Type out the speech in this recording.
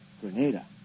Grenada